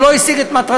הוא לא השיג את מטרתו,